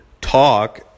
talk